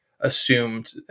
Assumed